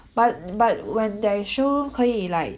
but but when there is showroom 可以 like